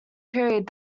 period